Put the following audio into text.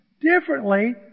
differently